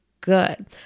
good